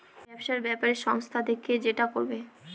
ব্যবসার ব্যাপারে সংস্থা থেকে যেটা করবে